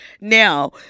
Now